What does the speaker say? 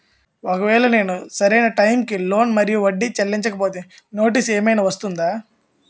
ఒకవేళ నేను సరి అయినా టైం కి లోన్ మరియు వడ్డీ చెల్లించకపోతే నోటీసు ఏమైనా వస్తుందా?